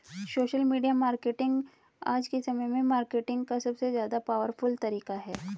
social media marketing आज के समय में मार्केटिंग का सबसे ज्यादा पॉवरफुल तरीका है